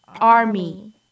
army